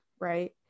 right